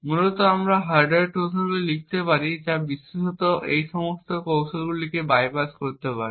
মূলত আমরা hardware trojan লিখতে পারি যা বিশেষত এই সমস্ত কৌশলগুলিকে বাইপাস করতে পারে